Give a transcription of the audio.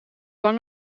lang